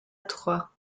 troyes